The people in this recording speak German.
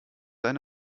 eine